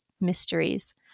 mysteries